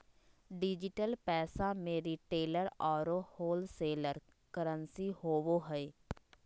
digital पैसा में retailer औरो होलसेलर करंसी होवो हइ